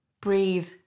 Breathe